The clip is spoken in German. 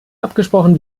abgesprochen